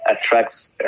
attracts